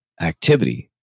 activity